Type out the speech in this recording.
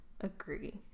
agree